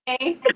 Hey